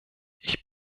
ich